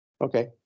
okay